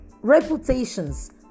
reputations